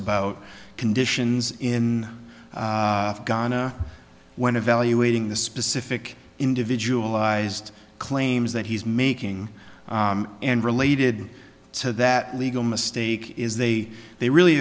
about conditions in ghana when evaluating the specific individualized claims that he's making and related to that legal mistake is they they really